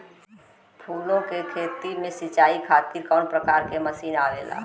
फूलो के खेती में सीचाई खातीर कवन प्रकार के मशीन आवेला?